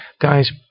Guys